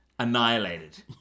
annihilated